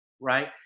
Right